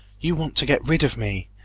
you want to get rid of me!